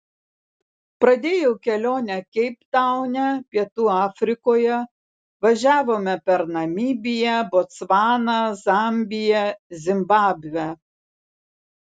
pradėjau kelionę keiptaune pietų afrikoje važiavome per namibiją botsvaną zambiją zimbabvę